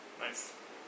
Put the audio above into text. Nice